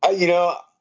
ah you know,